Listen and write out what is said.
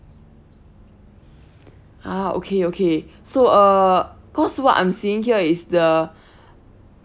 ah okay okay so uh because what I'm seeing here is the